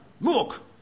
Look